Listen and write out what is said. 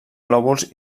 lòbuls